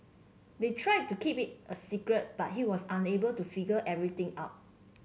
they tried to keep it a secret but he was able to figure everything out